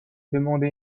demandé